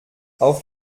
auf